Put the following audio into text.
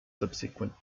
subsequent